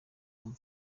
bumwe